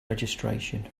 registration